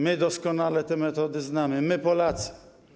My doskonale te metody znamy, my, Polacy.